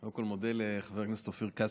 קודם כול אני מודה לחבר הכנסת אופיר כץ,